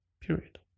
period